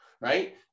right